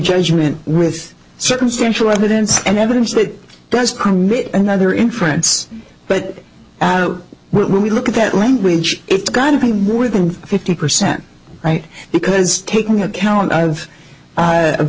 judgment with circumstantial evidence and evidence that does another inference but when we look at that language it's gotta be more than fifty percent right because taking account of